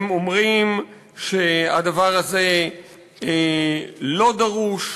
הם אומרים שהדבר הזה לא דרוש,